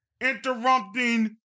interrupting